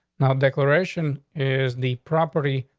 now, declaration is the property,